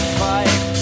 fight